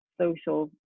social